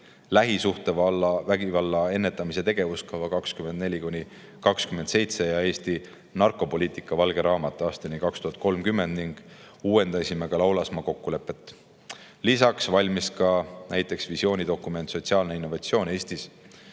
lähisuhtevägivalla ennetamise tegevuskava aastateks 2024–2027 ja Eesti narkopoliitika valge raamat kuni aastani 2030. Uuendasime Laulasmaa kokkulepet. Lisaks valmis näiteks visioonidokument "Sotsiaalne innovatsioon Eestis: